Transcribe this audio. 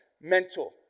mental